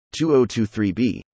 2023b